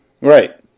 Right